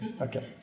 okay